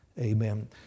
Amen